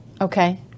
Okay